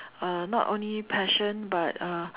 uh not only passion but uh